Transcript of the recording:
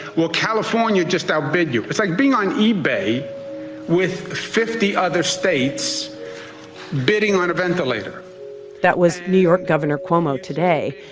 well, california just outbid you. it's like being on ebay with fifty other states bidding on a ventilator that was new york governor cuomo today.